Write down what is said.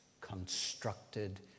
constructed